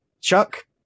chuck